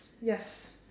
yes